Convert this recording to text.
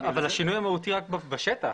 אבל השינוי המהותי הוא בשטח.